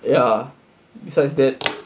ya besides that